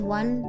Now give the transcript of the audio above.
one